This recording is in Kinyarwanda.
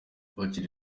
bakiri